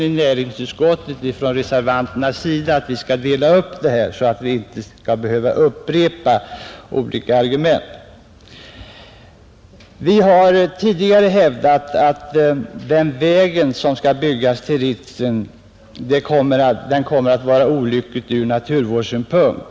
Herr Regnéll har redan talat om ekonomin, och herr Börjesson i Glömminge har talat om arbetskraftssituationen där uppe i norr, och jag behöver därför inte gå in på de frågorna, Vi har tidigare hävdat att den planerade vägen till Ritsem är olycklig ur naturvårdssynpunkt.